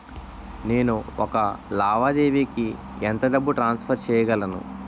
నేను ఒక లావాదేవీకి ఎంత డబ్బు ట్రాన్సఫర్ చేయగలను?